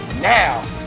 Now